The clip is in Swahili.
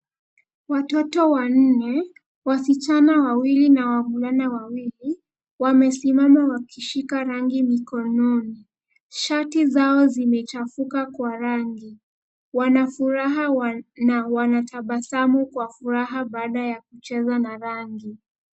Watoto wanne, wasichana wawili na wavulana wawili wamesimama, wakishika rangi mikononi. Shati zao zimechafuka kwa rangi. Wana furaha, wana tabasamu kwa furaha baada ya kucheza na rangi.